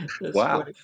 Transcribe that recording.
wow